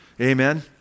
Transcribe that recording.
Amen